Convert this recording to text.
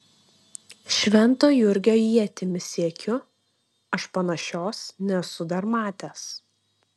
švento jurgio ietimi siekiu aš panašios nesu dar matęs